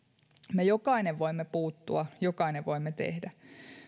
me jokainen voimme puuttua jokainen voimme tehdä